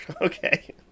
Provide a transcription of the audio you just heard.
Okay